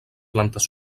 plantes